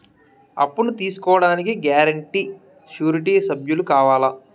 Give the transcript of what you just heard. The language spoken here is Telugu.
అప్పును తీసుకోడానికి గ్యారంటీ, షూరిటీ సభ్యులు కావాలా?